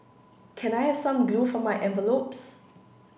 can I have some glue for my envelopes